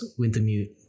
Wintermute